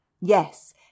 Yes